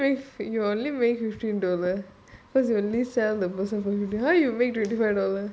you'll only make you'll only make fifteen dollar because you only send the person for fifteen dollar how you make twenty five dollar